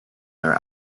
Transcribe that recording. their